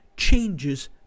changes